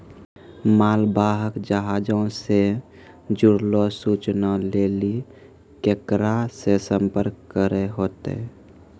मालवाहक जहाजो से जुड़लो सूचना लेली केकरा से संपर्क करै होतै?